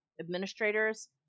administrators